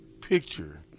picture